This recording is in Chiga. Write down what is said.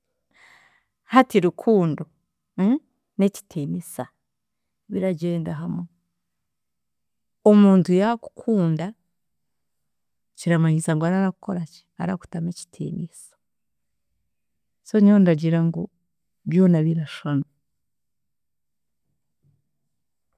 Hati rukundo, n'ekitiinisa biragyenda hamwe, omuntu yaakukunda, kiramanyisa ngu ara arakukoraki arakutamu ekitiinisa so nyowe ndagira ngu byona birashwana